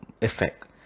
effect